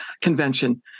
convention